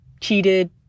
cheated